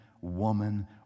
woman